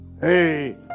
Hey